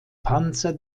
panzer